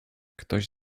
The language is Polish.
ktoś